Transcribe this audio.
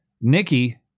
Nikki